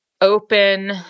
open